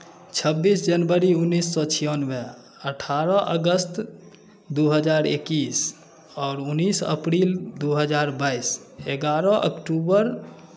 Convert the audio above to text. छब्बीस जनवरी उन्नैस सए छियानबे अठारह अगस्त दू हजार एकैस आओर उन्नैस अप्रिल दू हजार बाइस एगारह अक्टूबर